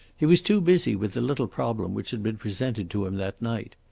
he was too busy with the little problem which had been presented to him that night.